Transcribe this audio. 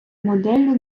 моделлю